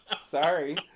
Sorry